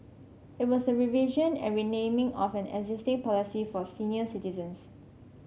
it was a revision and renaming of an existing policy for senior citizens